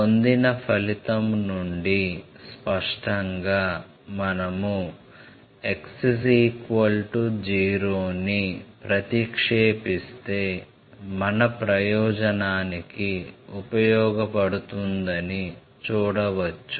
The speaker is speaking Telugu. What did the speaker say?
పొందిన ఫలితం నుండి స్పష్టంగా మనము x 0 ని ప్రతిక్షేపిస్తే మన ప్రయోజనానికి ఉపయోగపడుతుందని చూడవచ్చు